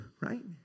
right